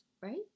right